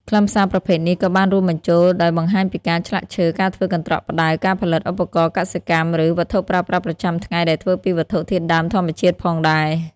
ខ្លឹមសារប្រភេទនេះក៏បានរួមបញ្ចូលដោយបង្ហាញពីការ ឆ្លាក់ឈើ ការធ្វើកន្ត្រកផ្តៅ ការផលិតឧបករណ៍កសិកម្ម ឬ វត្ថុប្រើប្រាស់ប្រចាំថ្ងៃដែលធ្វើពីវត្ថុធាតុដើមធម្មជាតិផងដែរ។